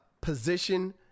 position